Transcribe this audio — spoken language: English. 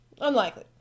Unlikely